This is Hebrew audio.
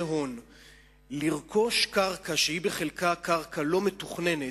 הון לרכוש קרקע שהיא בחלקה קרקע לא מתוכננת,